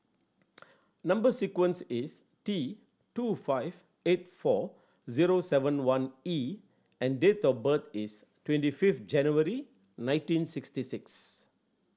number sequence is T two five eight four zero seven one E and date of birth is twenty fifth January nineteen sixty six